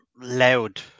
Loud